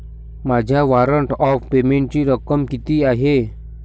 माझ्या warrant of पेमेंटची रक्कम किती आहे?